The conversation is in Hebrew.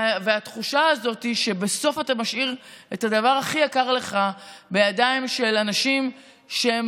והתחושה הזאת שבסוף אתה משאיר את הדבר הכי יקר לך בידיים של אנשים שהם